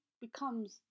becomes